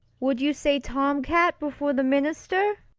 would you say tomcat before the minister?